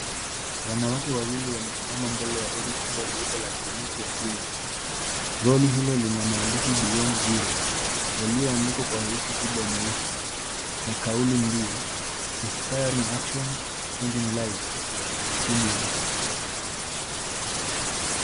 Wanawake wawili wamesimama mbele ya lori kubwa jeupe la kliniki ya simu. Lori hilo lina maandishi beyond zero yaliyoandikwa kwa herufi kubwa nyeusi na kauli mbili inspiring action changing lives chini yake.